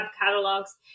catalogs